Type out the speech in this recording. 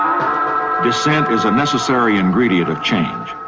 um dissent is a necessary ingredient of change,